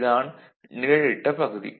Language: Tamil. இது தான் நிழலிட்ட பகுதி